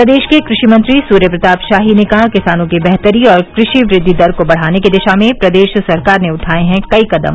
प्रदेश के कृषि मंत्री सूर्य प्रताप शाही ने कहा किसानों की बेहतरी और कृषि वृद्धि दर को बढ़ाने की दिशा में प्रदेश सरकार ने उठाये हैं कई कदम